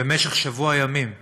במשך שבוע ימים פשוט,